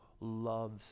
loves